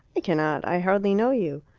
i cannot i hardly know you.